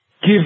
Give